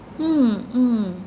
mm mm